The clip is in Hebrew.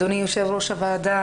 אדוני יושב ראש הוועדה,